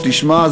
תשמע,